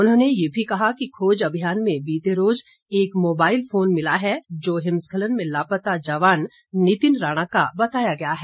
उन्होंने ये भी कहा कि खोज अभियान में बीते रोज एक मोबाईल फोन मिला है जो हिमस्खलन में लापता जवान नितिन राणा का बताया गया है